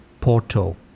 Porto